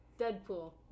Deadpool